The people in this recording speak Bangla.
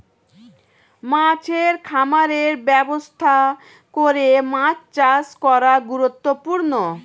মাছের খামারের ব্যবস্থা করে মাছ চাষ করা গুরুত্বপূর্ণ